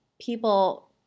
people